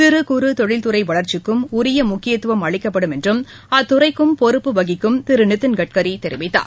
சிறு குறு தொழில் துறை வளர்ச்சிக்கும் உரிய முக்கியத்துவம் அளிக்கப்படும் என்றும் அத்துறைக்கும் பொறுப்பு வகிக்கும் திரு நிதின் கட்கரி தெரிவித்தார்